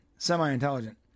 Semi-intelligent